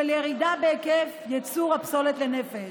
ירידה בהיקף ייצור הפסולת לנפש.